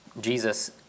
Jesus